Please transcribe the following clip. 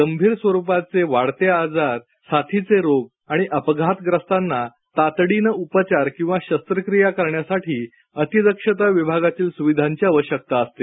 गंभीर स्वरूपाचे वाढते आजार साथीचे रोग आणि अपघातग्रस्तांना तातडीनं उपचार किंवा शस्त्रक्रिया करण्यासाठी अतिदक्षता विभागातील सुविधांची आवश्यकता असते